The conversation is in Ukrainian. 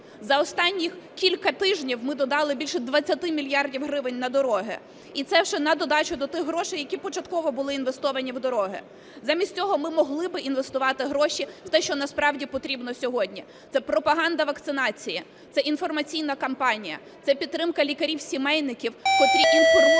За останні кілька тижнів ми додали більше 20 мільярдів гривень на дороги, і це вже на додачу до тих грошей, які початково були інвестовані в дороги. Замість цього ми могли б інвестувати гроші в те, що насправді потрібно сьогодні. Це пропаганда вакцинації, це інформаційна кампанія, це підтримка лікарів-сімейників, котрі інформують,